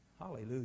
Hallelujah